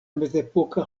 mezepoka